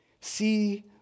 See